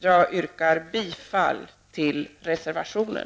Jag yrkar bifall till reservationen.